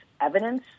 evidence